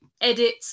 edit